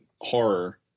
horror